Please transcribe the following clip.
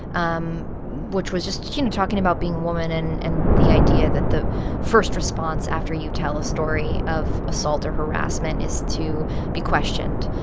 um which was just, you know, talking about being a woman and and the idea that the first response after you tell a story of assault or harassment is to be questioned.